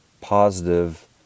positive